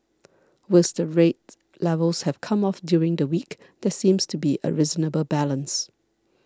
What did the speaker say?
worst the rate levels have come off during the week there seems to be a reasonable balance